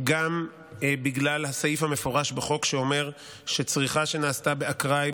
גם בגלל הסעיף המפורש בחוק שאומר שצריכה שנעשתה באקראי,